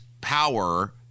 power